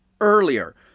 earlier